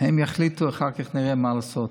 הם יחליטו ואחר כך נראה מה לעשות,